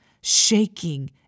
shaking